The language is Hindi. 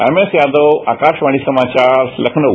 एमएस यादव आकाशवाणी समाचार लखनऊ